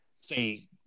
say